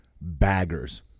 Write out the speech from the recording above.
baggers